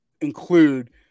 include